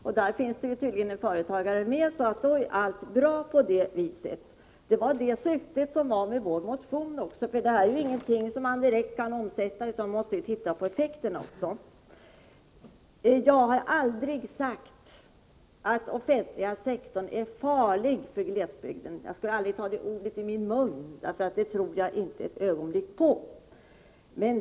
I den utredningen finns det tydligen en företagare med, så på det sättet är allt då bra. Det var också det som var syftet med vår motion — det här är ju ingenting som man direkt kan omsätta, utan man måste också titta på effekterna. Jag har aldrig sagt att den offentliga sektorn är farlig för glesbygden. Jag skulle aldrig ta de orden i min mun — det tror jag nämligen inte ett ögonblick.